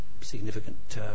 significant